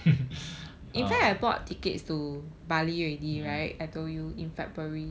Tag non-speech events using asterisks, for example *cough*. *laughs* ya